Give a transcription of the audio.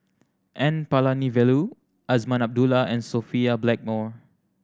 N Palanivelu Azman Abdullah and Sophia Blackmore